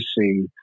see